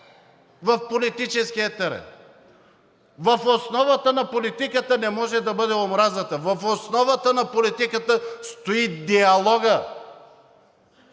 в политическия терен. В основата на политиката не може да бъде омразата, в основата на политиката стои диалогът,